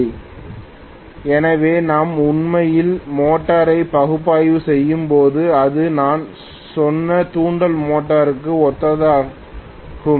slide நேரத்தைப் பார்க்கவும் 1653 எனவே நாம் உண்மையில் மோட்டாரை பகுப்பாய்வு செய்யும் போது அது நான் சொன்ன தூண்டல் மோட்டருக்கு ஒத்ததாகும்